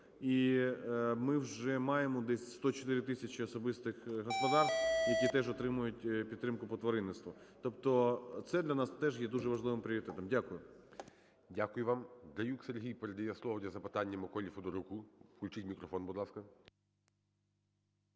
І ми вже маємо десь 104 тисячі особистих господарств, які теж отримують підтримку по тваринництву. Тобто це для нас теж є дуже важливим пріоритетом. Дякую. ГОЛОВУЮЧИЙ. Дякую вам. ДраюкСергій передає слово для запитання МиколіФедоруку. Включить мікрофон, будь ласка.